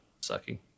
sucking